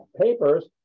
papers